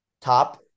top